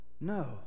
No